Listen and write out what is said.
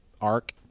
arc